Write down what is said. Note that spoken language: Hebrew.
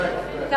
חשבתי לרגע שאני,